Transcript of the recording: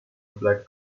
black